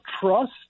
trust